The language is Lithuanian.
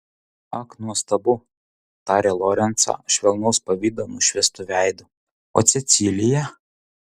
ak nuostabu tarė lorencą švelnaus pavydo nušviestu veidu o cecilija